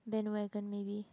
bandwagon maybe